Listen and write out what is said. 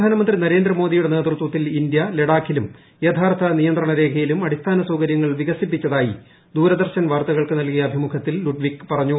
പ്രധാനമന്ത്രി നരേന്ദ്ര മോദിയുടെ നേതൃതിത്തിൽ ഇന്ത്യ ലഡാക്കിലും യഥാർത്ഥ നിയന്ത്രണരേഖയിലും ആടിസ്ഫാന സൌകര്യങ്ങൾ വികസിപ്പിച്ചതായി ദൂരദർശൻ വ്ര്ർത്ത്കൾക്കു നൽകിയ അഭിമുഖത്തിൽ ലുട്ട് വിക് പറ്റഞ്ഞു